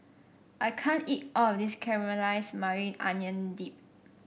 I can't eat all of this Caramelized Maui Onion Dip